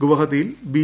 ഗുവാഹത്തിയിൽ ബി